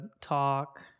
talk